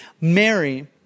Mary